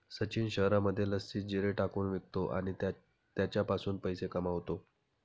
सचिन शहरामध्ये लस्सीत जिरे टाकून विकतो आणि त्याच्यापासून पैसे कमावतो